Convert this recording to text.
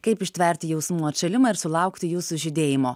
kaip ištverti jausmų atšalimą ir sulaukti jų sužydėjimo